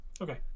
okay